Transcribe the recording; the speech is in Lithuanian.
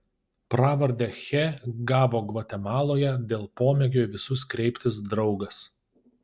pravardę che gavo gvatemaloje dėl pomėgio į visus kreiptis draugas